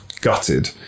gutted